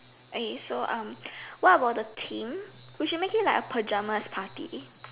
okay so um what about the theme we should make it like a pyjamas party